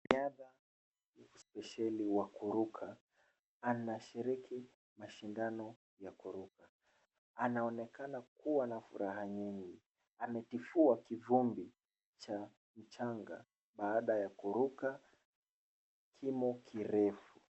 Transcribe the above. Mwanariadha spesheli wa kuruka anashiriki mashindano ya kuruka. Anaonekana kuwa na furaha nyingi. Ametifua kivumbi cha mchanga baada ya kuruka kimo kirefu.